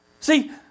See